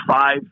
five